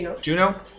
Juno